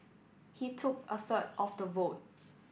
he took a third of the vote